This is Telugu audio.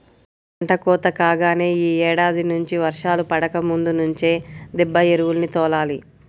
పంట కోత కాగానే యీ ఏడాది నుంచి వర్షాలు పడకముందు నుంచే దిబ్బ ఎరువుల్ని తోలాలి